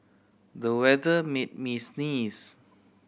the weather made me sneeze